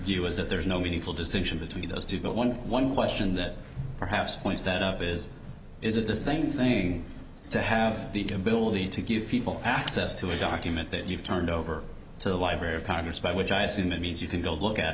view is that there's no meaningful distinction between those two but one one question that perhaps points that up is is it the same thing to have the ability to give people access to a document that you've turned over to the library of congress by which i assume it means you can go look at